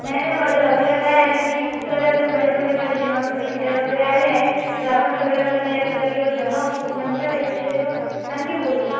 नाही नाही माझ्या लक्षात आहे आणि मी खूप साऱ्या अशा माझ्या म्हणजे माझ्या दिमागमध्ये विचार वगैरे आले आहे तर आपण सगळ्या महिला एक जागेवर जमा होवू नंतर या विषयावर आणखी बोलू